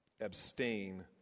Abstain